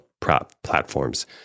platforms